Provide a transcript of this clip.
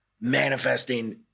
manifesting